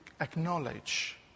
acknowledge